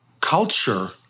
culture